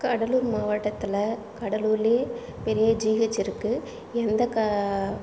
கடலூர் மாவட்டத்தில் கடலூர்லையே பெரிய ஜிஹச் இருக்கு எந்த க